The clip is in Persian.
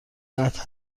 قطع